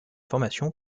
formation